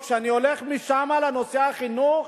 היושב-ראש, כשאני הולך משם לנושא החינוך,